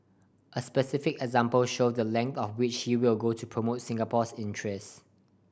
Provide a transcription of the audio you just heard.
a specific example showed the length to which he will go to promote Singapore's interests